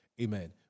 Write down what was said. Amen